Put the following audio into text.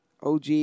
OG